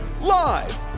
Live